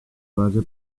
base